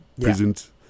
Present